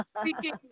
speaking